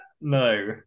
no